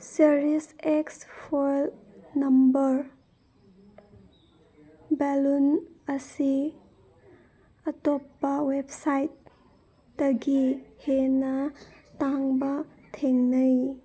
cherries X file number ꯕꯦꯜꯂꯨꯟ ꯑꯁꯤ ꯑꯇꯣꯞꯄ ꯋꯦꯞꯁꯥꯏꯠꯇꯒꯤ ꯍꯦꯟꯅ ꯇꯥꯡꯕ ꯊꯦꯡꯅꯩ